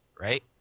right